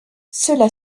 cela